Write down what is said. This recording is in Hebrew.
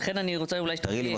לכן אני רוצה אולי שתראה לי --- תראי